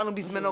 בזמנו,